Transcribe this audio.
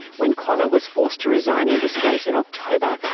when connor was forced to resign in disgrace in october,